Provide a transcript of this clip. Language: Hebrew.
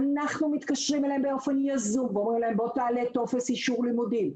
אנחנו מתקשרים אליהם באופן יזום ואומרים להם: תעלה טופס אישור לימודים,